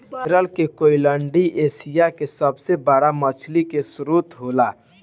केरल के कोईलैण्डी एशिया के सबसे बड़ा मछली के स्त्रोत होला